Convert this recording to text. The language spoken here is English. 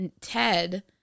ted